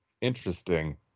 Interesting